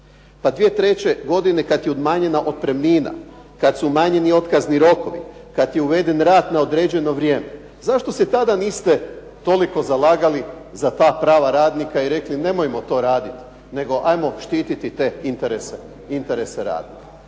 pa 2003. godine kad je umanjena otpremnina, kad su umanjeni otkazni rokovi, kad je uveden rad na određeno vrijeme. Zašto se tada niste toliko zalagali za ta prava radnika i rekli nemojmo to raditi, nego hajmo štititi te interese radnika.